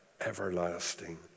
everlasting